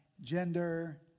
gender